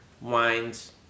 wines